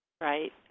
right